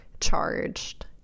charged